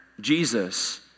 Jesus